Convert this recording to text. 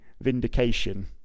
vindication